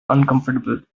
uncomfortable